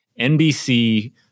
NBC